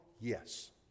yes